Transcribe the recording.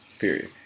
Period